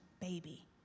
baby